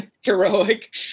heroic